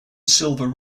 silver